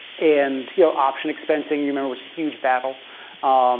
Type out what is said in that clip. and you know option expensing, you remember, was a huge battle.